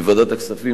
בוועדת הכספים,